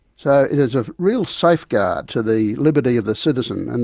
so it is a real safeguard to the liberty of the citizen, and